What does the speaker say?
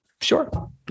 Sure